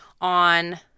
on